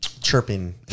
chirping